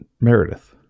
Meredith